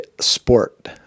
sport